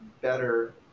better